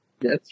Yes